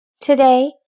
Today